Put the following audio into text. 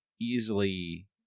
easily